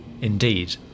Indeed